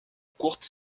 court